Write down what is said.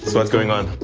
what's going on?